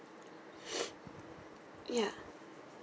ya